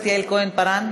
יעל כהן-פארן,